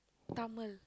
Tamil